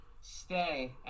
stay